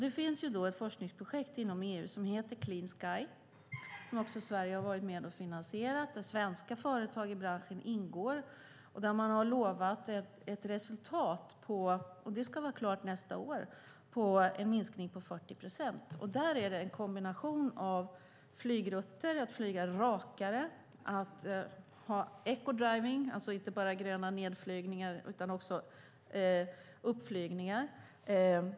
Det finns ett forskningsprojekt inom EU som heter Clean Sky som också Sverige varit med och finansierat och där svenska företag i branschen ingår, och man har lovat en minskning på 40 procent till nästa år. Det handlar om en kombination av flygrutter, att flyga rakare, och om ecodriving, att inte bara göra gröna nedflygningar utan också uppflygningar.